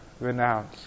renounce